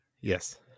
Yes